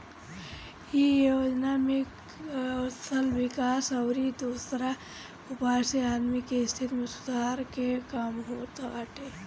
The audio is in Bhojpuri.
इ योजना में कौशल विकास अउरी दोसरा उपाय से आदमी के स्थिति में सुधार के काम होत बाटे